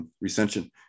recension